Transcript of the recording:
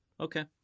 Okay